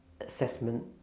assessment